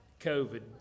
COVID